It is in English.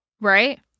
Right